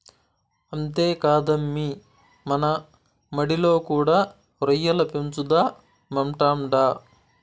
అంతేకాదమ్మీ మన మడిలో కూడా రొయ్యల పెంచుదామంటాండా